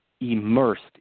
immersed